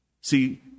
See